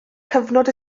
cyfnod